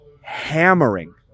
hammering